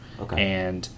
okay